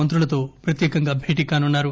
మంత్రులతో ప్రత్యేకంగా భేటీ కానున్నారు